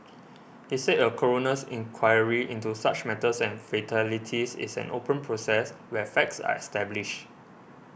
he said a coroner's inquiry into such matters and fatalities is an open process where facts are established